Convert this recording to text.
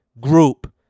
group